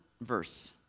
verse